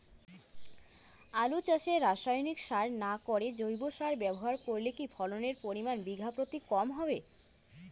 আলু চাষে রাসায়নিক সার না করে জৈব সার ব্যবহার করলে কি ফলনের পরিমান বিঘা প্রতি কম হবে?